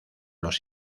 los